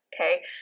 okay